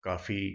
काफ़ी